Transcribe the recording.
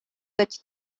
that